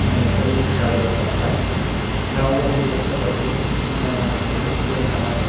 ನಮ್ಮ ಹೆಸರು ಶಾವಿಗಪ್ಪ ಅಂತ ನಾವು ಒಂದು ವರ್ಷದಲ್ಲಿ ಎದ್ರಿಸಬೇಕಾದ